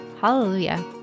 Hallelujah